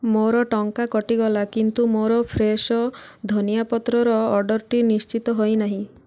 ମୋର ଟଙ୍କା କଟିଗଲା କିନ୍ତୁ ମୋର ଫ୍ରେଶୋ ଧନିଆ ପତ୍ରର ଅର୍ଡ଼ର୍ଟି ନିଶ୍ଚିତ ହୋଇନାହିଁ